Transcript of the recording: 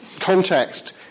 context